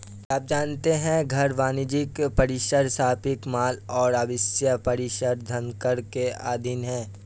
क्या आप जानते है घर, वाणिज्यिक परिसर, शॉपिंग मॉल और आवासीय परिसर धनकर के अधीन हैं?